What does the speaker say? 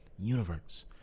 universe